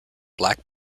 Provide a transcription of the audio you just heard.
black